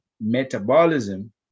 metabolism